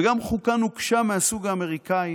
וגם חוקה נוקשה מהסוג האמריקאי